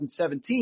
2017